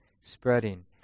spreading